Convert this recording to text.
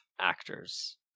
actors